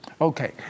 okay